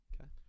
Okay